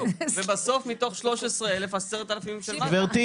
ובסוף מתוך 13 אלף, 10 אלף -- גברתי,